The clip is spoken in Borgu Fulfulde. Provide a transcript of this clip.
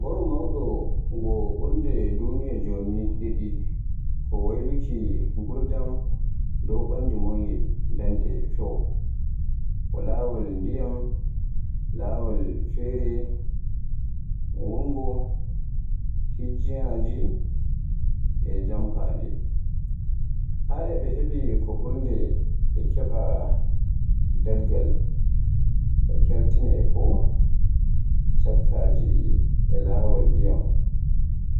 Boro mawɗo on ngoo ɓurnde aduna jooni ɗiɗi ko: waylu nguurndam ɗow ɓandu. Mmloƴƴi daande fow Ko laawol ndiyam, laawol feere, wuurgo, hijjinaaji, e jamfaadu. Haa e ɓe heɓi ko burnde be keɓa daɗgal e keetine fow, cakkaji e laawol ndiyam,